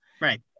right